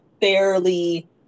fairly